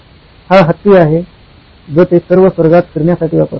हा हत्ती आहे जो ते सर्व स्वर्गात फिरण्यासाठी वापरतात